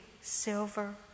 silver